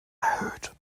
erhöht